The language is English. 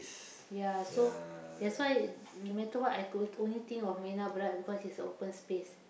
ya so that's why no matter what I could only think of Marina-Barrage because it's a open space